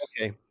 Okay